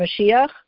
Mashiach